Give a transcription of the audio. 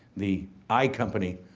the i company,